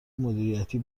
مدیریتی